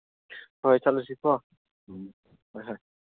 ꯍꯣꯏ ꯆꯠꯂꯨꯁꯤꯀꯣ ꯎꯝ ꯍꯣꯏ ꯍꯣꯏ